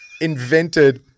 invented